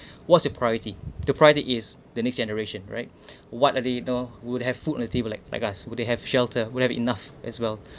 what's the priority the priority is the next generation right what a dinner would have food on the table like like us would they have shelter would have enough as well